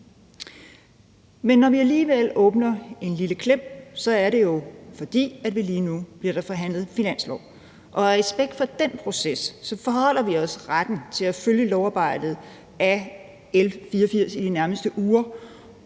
idé. Når vi alligevel åbner en dør lidt på klem, så er det jo, fordi der lige nu bliver forhandlet finanslov, og af respekt for den proces forbeholder vi os retten til at følge lovarbejdet af L 84 i de nærmeste uger.